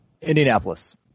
Indianapolis